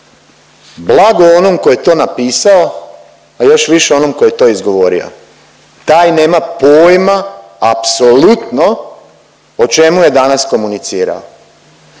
Blago onom tko je to napisao, a još više onom tko je to izgovorio. Taj nema pojma apsolutno o čemu je danas komunicirao